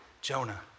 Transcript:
Jonah